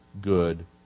good